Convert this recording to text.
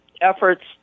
efforts